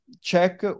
check